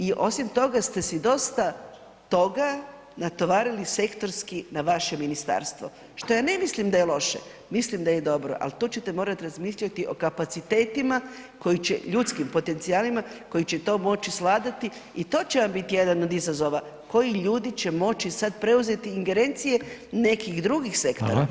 I osim toga ste si dosta toga natovarili sektorski na vaše ministarstvo što ja ne mislim da je loše, mislim da je dobro, ali tu ćete morati razmisliti o kapacitetima, ljudskim potencijalima koji će to moći svladati i to će vam biti jedan od izazova, koji ljudi će moći sad preuzeti ingerencije nekih drugih sektora.